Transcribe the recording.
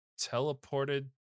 teleported